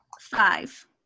Five